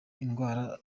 indwara